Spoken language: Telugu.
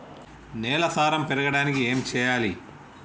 నేల సారం పెరగడానికి ఏం చేయాలి?